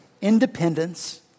independence